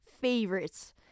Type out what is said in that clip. favorites